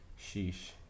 sheesh